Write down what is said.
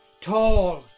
tall